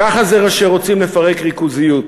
ככה זה כשרוצים לפרק ריכוזיות,